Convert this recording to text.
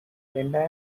linda